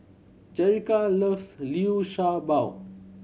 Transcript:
Jerica loves Liu Sha Bao